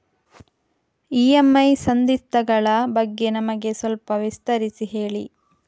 EMI ಸಂಧಿಸ್ತ ಗಳ ಬಗ್ಗೆ ನಮಗೆ ಸ್ವಲ್ಪ ವಿಸ್ತರಿಸಿ ಹೇಳಿ